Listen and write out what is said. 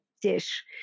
dish